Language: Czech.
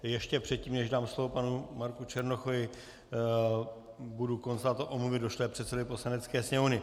Ještě předtím, než dám slovo panu Marku Černochovi, budu konstatovat omluvy došlé předsedovi Poslanecké sněmovny.